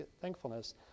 thankfulness